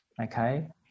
Okay